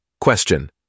Question